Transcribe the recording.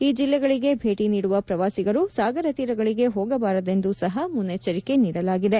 ಈ ಜಿಲ್ಲೆಗಳಗೆ ಭೇಟ ನೀಡುವ ಪ್ರವಾಸಿಗರು ಸಾಗರ ತೀರಗಳಿಗೆ ಹೋಗಬಾರದೆಂದು ಸಹ ಮುನ್ನೆಚ್ಚರಿಕೆ ನೀಡಲಾಗಿದೆ